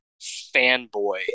fanboy